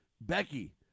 Becky